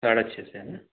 साढ़े छः से है ना